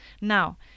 Now